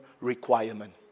requirement